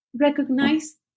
recognize